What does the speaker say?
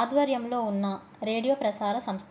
ఆధ్వర్యంలో ఉన్న రేడియో ప్రసార సంస్థ